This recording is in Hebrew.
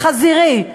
חזירי,